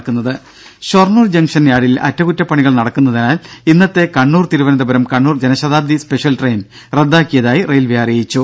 ദര ഷൊർണ്ണൂർ ജംഗ്ഷൻ യാർഡിൽ അറ്റകുറ്റപ്പണികൾ നടക്കുന്നതിനാൽ ഇന്നത്തെ കണ്ണൂർ തിരുവനന്തപുരം കണ്ണൂർ ജനശതാബ്ദി സ്പെഷ്യൽ ട്രെയിൻ റദ്ദാക്കിയതായി റെയിൽവെ അറിയിച്ചു